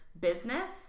business